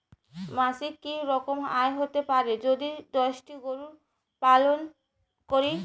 মাসিক কি রকম আয় হতে পারে যদি দশটি গরু পালন করি?